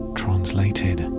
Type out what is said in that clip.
translated